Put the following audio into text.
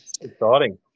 exciting